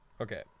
Okay